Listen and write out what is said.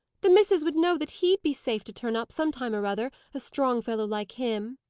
the missis would know that he'd be safe to turn up, some time or other a strong fellow like him!